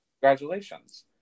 Congratulations